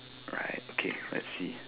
right okay let's see